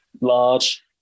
large